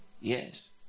Yes